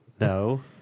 No